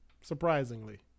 surprisingly